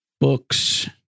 Books